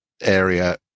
area